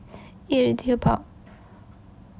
eat already about